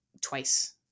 twice